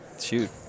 shoot